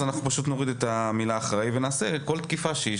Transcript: אנחנו פשוט נוריד את המילה אחראי ונעשה כל תקיפה שהיא.